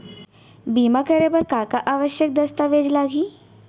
बीमा करे बर का का आवश्यक दस्तावेज लागही